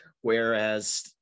whereas